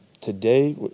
today